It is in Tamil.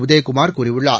உதயகுமார் கூறியுள்ளார்